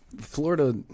florida